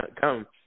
come